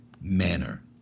manner